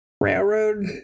railroad